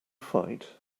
fight